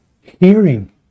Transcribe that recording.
hearing